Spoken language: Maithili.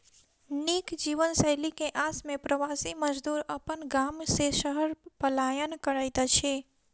नीक जीवनशैली के आस में प्रवासी मजदूर अपन गाम से शहर पलायन करैत अछि